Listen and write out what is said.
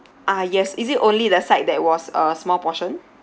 ah yes is it only the side that was uh small portion